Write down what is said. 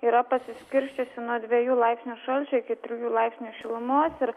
yra pasiskirsčiusi nuo dviejų laipsnių šalčio iki trijų laipsnių šilumos ir